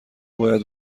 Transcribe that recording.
باید